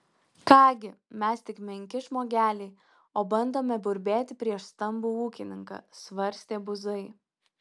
ką gi mes tik menki žmogeliai o bandome burbėti prieš stambų ūkininką svarstė buzai